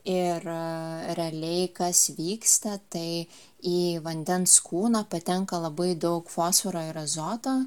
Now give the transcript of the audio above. ir realiai kas vyksta tai į vandens kūną patenka labai daug fosforo ir azoto